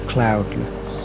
cloudless